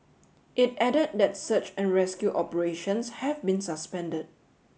it added that search and rescue operations have been suspended